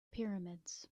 pyramids